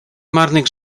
marnych